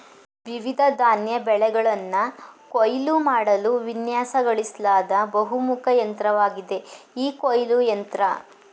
ವಿವಿಧ ಧಾನ್ಯ ಬೆಳೆಗಳನ್ನ ಕೊಯ್ಲು ಮಾಡಲು ವಿನ್ಯಾಸಗೊಳಿಸ್ಲಾದ ಬಹುಮುಖ ಯಂತ್ರವಾಗಿದೆ ಈ ಕೊಯ್ಲು ಯಂತ್ರ